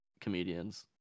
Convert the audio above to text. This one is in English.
comedians